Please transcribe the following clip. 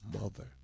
mother